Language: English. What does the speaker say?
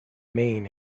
main